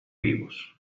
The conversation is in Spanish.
vivos